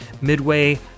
Midway